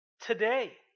today